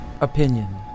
opinion